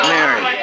Mary